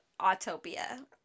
Autopia